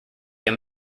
him